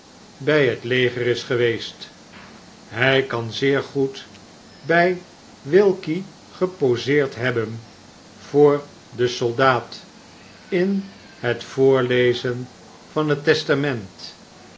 by het leger is geweest hij kanzeer goed by wilkie geposeerd hebben voor den soldaat in het voorlezen van het testament